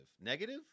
Negative